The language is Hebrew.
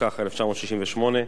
התשכ"ח 1968,